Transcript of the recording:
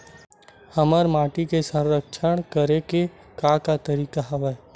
हमर माटी के संरक्षण करेके का का तरीका हवय?